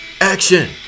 action